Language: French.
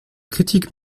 critiques